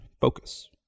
focus